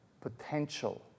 potential